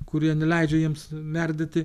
kurie neleidžia jiems merdėti